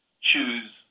choose